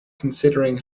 considering